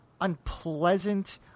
unpleasant